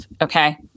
okay